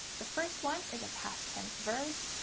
the first one is a past tense verb,